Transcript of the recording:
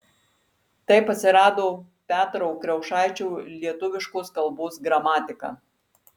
taip atsirado petro kriaušaičio lietuviškos kalbos gramatika